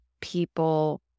people